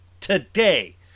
today